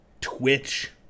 Twitch